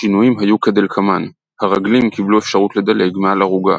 השינויים היו כדלקמן הרגלים קיבלו אפשרות לדלג מעל ערוגה